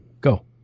Go